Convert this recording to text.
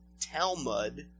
Talmud